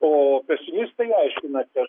o pesimistai aiškina kad